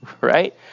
right